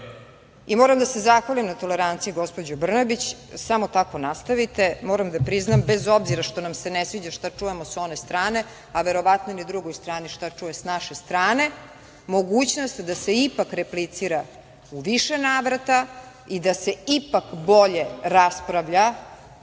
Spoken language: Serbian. moram da se zahvalim gospođi Brnabić na toleranciji, samo tako nastavite, moram da priznam , bez obzira što nam se ne sviđa šta čujemo sa one strane, a verovatno ni drugoj strani šta čuje sa naše strane, mogućnost da se ipak replicira u više navrata i da se ipak bolje raspravlja